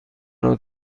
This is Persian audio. نوع